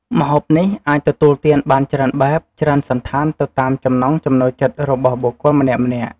ម្ហូបនេះអាចទទួលទានបានច្រើនបែប ច្រើនសណ្ឋានទៅតាមចំណង់ចំណូលចិត្តរបស់បុគ្គលម្នាក់ៗ។